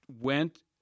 went